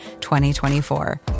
2024